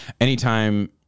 anytime